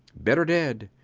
better dead.